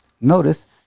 notice